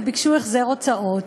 וביקשו החזר הוצאות.